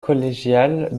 collégiale